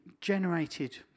generated